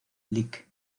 lic